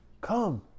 Come